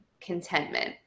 contentment